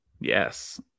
Yes